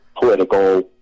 political